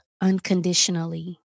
unconditionally